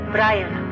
Brian